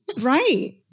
Right